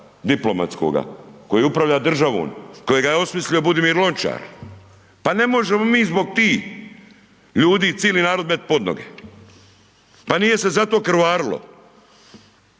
diplomatskoga koji upravlja državom, kojega je osmislio Budimir Lončar. Pa ne možemo mi zbog tih ljudi cili narod met podnoge, pa nije se za to krvarilo.